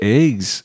eggs